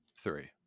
three